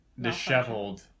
disheveled